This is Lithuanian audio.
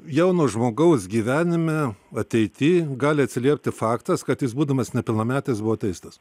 jauno žmogaus gyvenime ateity gali atsiliepti faktas kad jis būdamas nepilnametis buvo teistas